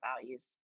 values